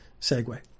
segue